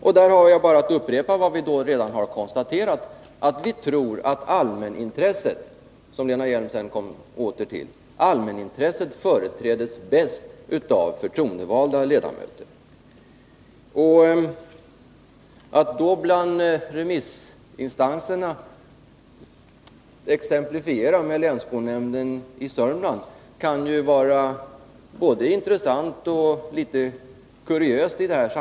Då har jag bara att upprepa vad jag redan konstaterat, nämligen att vi tror att allmänintresset — som Lena Hjelm Wallén sedan återkom till — företräds bäst av förtroendevalda ledamöter. Att bland remissinstanserna exemplifiera med länsskolnämnden i Södermanlands län kan vara både intressant och litet kuriöst.